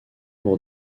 pour